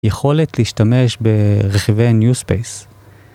יכולת להשתמש ברכיבי ניוספייס